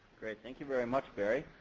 great, thank you very much barry.